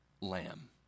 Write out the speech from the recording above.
lamb